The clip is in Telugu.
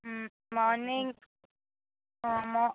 మార్నింగ్ మో